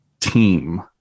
team